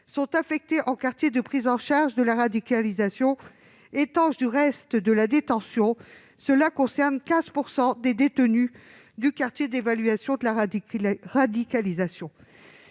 sont affectées en quartier de prise en charge de la radicalisation, étanche du reste de la détention. Une telle situation concerne 15 % des détenus des quartiers d'évaluation de la radicalisation.